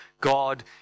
God